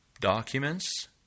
documents